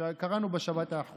היכולת לסיים את החודש.